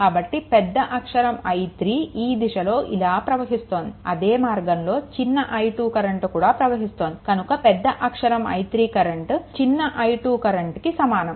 కాబట్టి పెద్ద అక్షరం I3 ఈ దిశలో ఇలా ప్రవహిస్తోంది అదే మార్గంలో చిన్న i2 కరెంట్ కూడా ప్రవహిస్తోంది కనుక పెద్ద అక్షరం I3 కరెంట్ చిన్న i2 కరెంట్కి సమానం